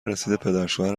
رسیده، پدرشوهر